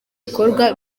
ibikorwa